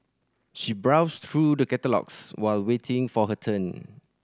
she browsed through the catalogues while waiting for her turn